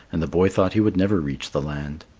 and the boy thought he would never reach the land.